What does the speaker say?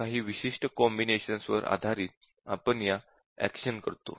काही विशिष्ट कॉम्बिनेशन्स वर आधारित आपण या एक्शन करतो